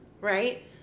right